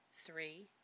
Three